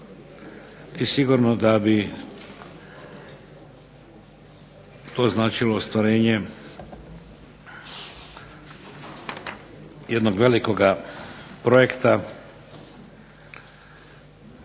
i sigurno da bi to značilo ostvarenje jednog velikoga projekta